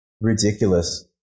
ridiculous